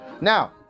Now